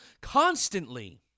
constantly